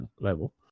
level